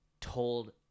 told